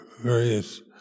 various